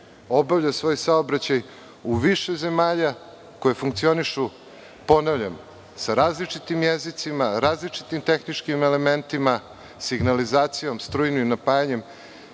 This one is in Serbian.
obavlja svoj saobraćaj u više zemalja koje funkcionišu, ponavljam, sa različitim jezicima, različitim tehničkim elementima, signalizacijom i strujnim napajanjem,